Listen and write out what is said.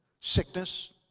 Sickness